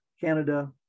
Canada